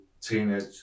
teenage